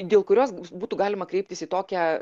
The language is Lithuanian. dėl kurios būtų galima kreiptis į tokią